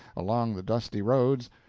along the dusty roads,